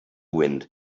wind